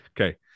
Okay